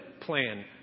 plan